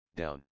down